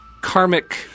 karmic